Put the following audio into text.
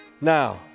Now